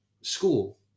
School